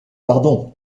pardon